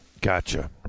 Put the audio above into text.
Gotcha